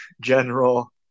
general